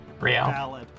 real